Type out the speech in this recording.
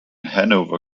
hanover